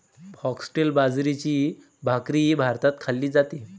foxtail बाजरीची भाकरीही भारतात खाल्ली जाते